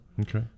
Okay